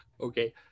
Okay